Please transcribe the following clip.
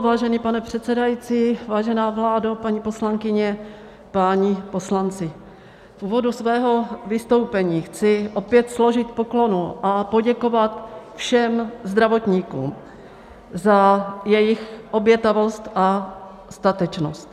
Vážený pane předsedající, vážená vládo, paní poslankyně, páni poslanci, v úvodu svého vystoupení chci opět složit poklonu a poděkovat všem zdravotníkům za jejich obětavost a statečnost.